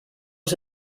els